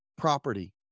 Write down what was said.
property